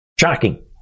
Shocking